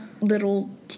little